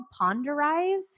Ponderize